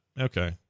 Okay